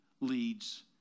leads